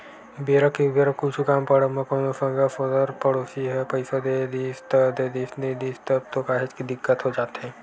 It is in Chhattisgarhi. बेरा के उबेरा कुछु काम पड़ब म कोनो संगा सोदर पड़ोसी ह पइसा दे दिस त देदिस नइ दिस तब तो काहेच के दिक्कत हो जाथे